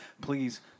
please